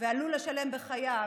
ועלול לשלם בחייו,